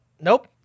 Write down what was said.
nope